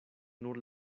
nur